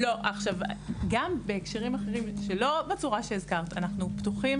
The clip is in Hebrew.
גם בהקשרים אחרים שלא הוזכרו אנחנו פתוחים